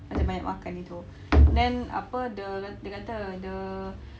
macam banyak makan gitu then apa the dia kata the